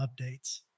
updates